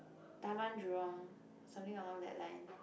Tamah Jurong or something along that line